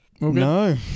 No